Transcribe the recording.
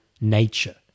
nature